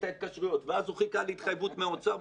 ההתקשרויות ואז הוא חיכה להתחייבות מהאוצר.